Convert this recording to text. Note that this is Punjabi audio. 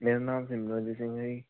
ਮੇਰਾ ਨਾਮ ਸਿਮਰਨਜੀਤ ਸਿੰਘ ਆ ਜੀ